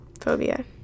phobia